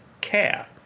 care